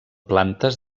plantes